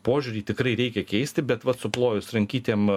požiūrį tikrai reikia keisti bet vat suplojus rankytėm